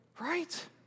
Right